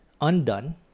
undone